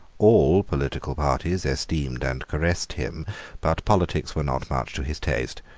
all political parties esteemed and caressed him but politics were not much to his taste.